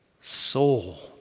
soul